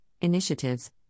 initiatives